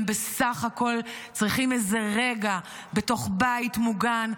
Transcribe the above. הם בסך הכול צריכים איזה רגע בתוך בית מוגן,